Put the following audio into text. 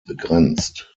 begrenzt